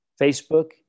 Facebook